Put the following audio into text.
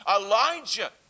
Elijah